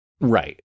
Right